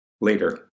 Later